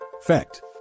Fact